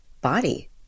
body